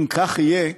אם כך יהיה,